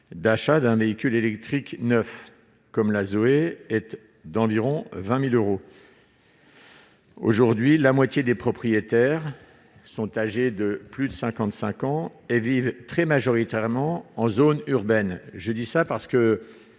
d'achat d'un véhicule électrique neuf comme la Zoé était d'environ 20000 euros. Aujourd'hui la moitié des propriétaires sont âgés de plus de 55 ans et vivent très majoritairement en zone urbaine, je dis ça parce que